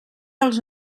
els